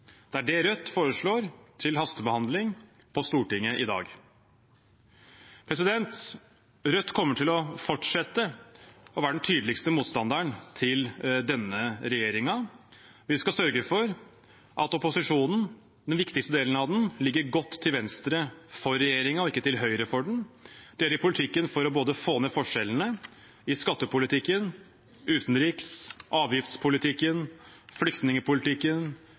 Det er det Rødt foreslår til hastebehandling i Stortinget i dag. Rødt kommer til å fortsette å være den tydeligste motstanderen av denne regjeringen. Vi skal sørge for at opposisjonen, den viktigste delen av den, ligger godt til venstre for regjeringen og ikke til høyre for den, og føre en politikk for å få ned forskjellene i skattepolitikken, utenrikspolitikken, avgiftspolitikken, flyktningpolitikken,